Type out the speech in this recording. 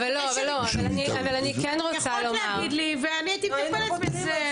יכולת להגיד לי והייתי מטפלת בזה.